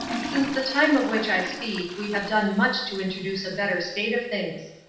since the time of which i speak we have done much to introduce a better state of things.